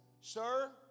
sir